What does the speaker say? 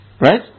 Right